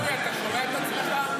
תגיד, ואטורי, אתה שומע את עצמך?